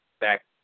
back